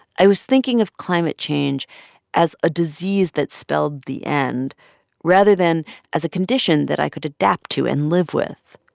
i was thinking of climate change as a disease that spelled the end rather than as a condition that i could adapt to and live with.